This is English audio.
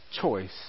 choice